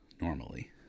normally